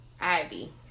Ivy